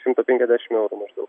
šimto penkiasdešim eurų maždau